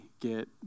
get